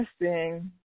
interesting –